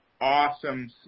awesome